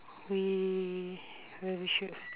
we we should